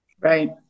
Right